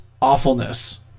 awfulness